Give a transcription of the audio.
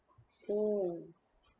oh